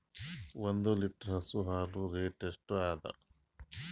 ಒಂದ್ ಲೀಟರ್ ಹಸು ಹಾಲ್ ರೇಟ್ ಎಷ್ಟ ಅದ?